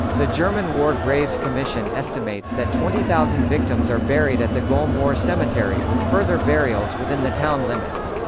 the german war graves commission estimates that twenty thousand victims are buried at the golm war cemetery with further burials within the town limits.